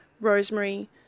rosemary